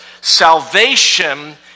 salvation